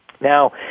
Now